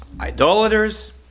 idolaters